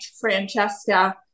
Francesca